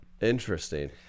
interesting